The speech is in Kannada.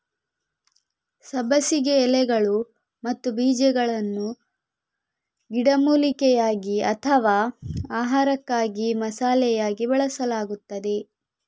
ಸಬ್ಬಸಿಗೆ ಎಲೆಗಳು ಮತ್ತು ಬೀಜಗಳನ್ನು ಗಿಡಮೂಲಿಕೆಯಾಗಿ ಅಥವಾ ಆಹಾರಕ್ಕಾಗಿ ಮಸಾಲೆಯಾಗಿ ಬಳಸಲಾಗುತ್ತದೆ